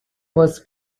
was